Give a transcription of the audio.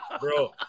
bro